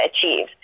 achieve